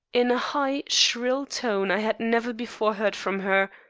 in a high, shrill tone i had never before heard from her,